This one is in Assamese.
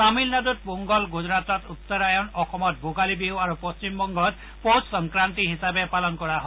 তামিলনাডুত পোঙ্গল গুজৰাটত উত্তৰায়ন অসমত ভোগালী বিহু আৰু পশ্চিম বঙ্গত পৌষ সংক্ৰান্তি হিচাপে পালন কৰা হয়